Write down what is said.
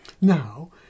Now